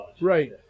Right